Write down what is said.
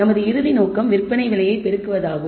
நமது இறுதி நோக்கம் விற்பனை விலையை பெருக்குவதாகும்